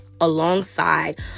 alongside